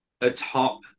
atop